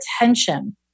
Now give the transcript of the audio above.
attention